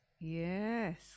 yes